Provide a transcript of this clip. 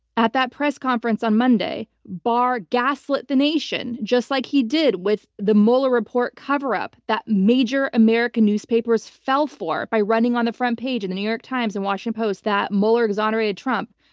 at that press conference on monday, barr gaslit the nation, just like he did with the mueller report coverup that major american newspapers fell for by running on the front page of the new york times and washington post that mueller exonerated trump.